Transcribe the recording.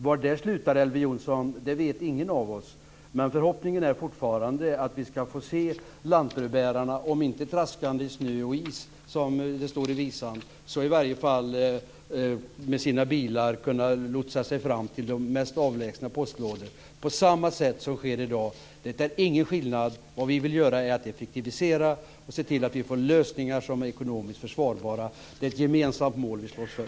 Var detta slutar, Elver Jonsson, det vet ingen av oss. Men förhoppningen är fortfarande att vi ska få se lantbrevbärarna om inte traskande i snö och is, som det står i visan, så i alla fall med sina bilar kunna lotsa sig fram till de mest avlägsna postlådor på samma sätt som sker i dag. Det är ingen skillnad. Vad vi vill göra är att effektivisera och se till att det blir lösningar som är ekonomiskt försvarbara. Det är ett gemensamt mål vi slåss för.